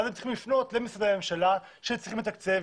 ואז הן צריכות לפנות למשרדי הממשלה שצריכים לתקצב.